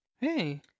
Hey